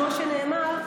כמו שנאמר,